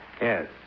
Yes